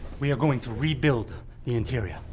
we are going to rebuild the interior.